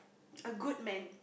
a good man